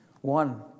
One